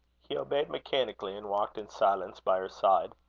he obeyed mechanically, and walked in silence by her side.